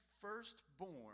firstborn